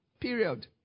Period